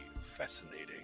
fascinating